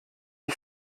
wie